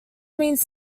means